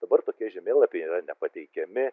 dabar tokie žemėlapiai yra nepateikiami